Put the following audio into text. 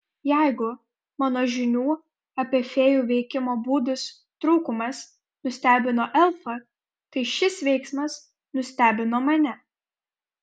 jeigu mano žinių apie fėjų veikimo būdus trūkumas nustebino elfą tai šis veiksmas nustebino mane